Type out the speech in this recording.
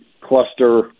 cluster